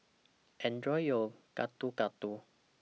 Enjoy your Gado Gado